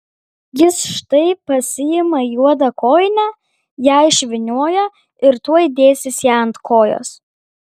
jis štai pasiima juodą kojinę ją išvynioja ir tuoj dėsis ją ant kojos